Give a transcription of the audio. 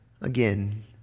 again